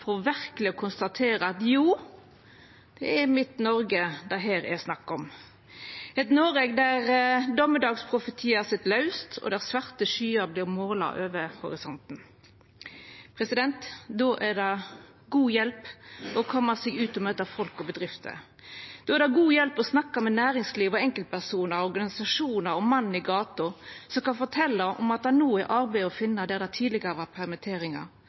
for verkeleg å konstatera at jo, det er mitt Noreg det her er snakk om – eit Noreg der dommedagsprofetiar sit laust, og der svarte skyer vert måla over horisonten. Då er det god hjelp i å koma seg ut og møta folk og bedrifter. Då er det god hjelp i å snakka med næringsliv og enkeltpersonar, organisasjonar og mannen i gata, som kan fortelja at det no er arbeid å finna der det tidlegare var